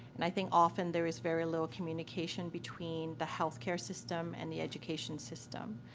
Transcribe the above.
and i think often there is very little communication between the health care system and the education system.